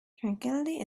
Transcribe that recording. tranquillity